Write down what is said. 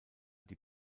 die